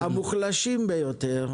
ו-ב', עבור המוחלשים ביותר.